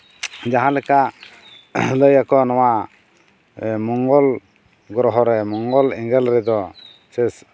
ᱡᱟᱦᱟᱸᱞᱮᱠᱟ ᱞᱟᱹᱭᱟᱠᱚ ᱱᱚᱣᱟ ᱢᱚᱝᱜᱚᱞ ᱜᱨᱚᱦᱚ ᱨᱮ ᱢᱚᱝᱜᱚᱞ ᱮᱸᱜᱮᱞ ᱨᱮᱫᱚ ᱥᱮ